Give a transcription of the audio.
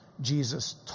Jesus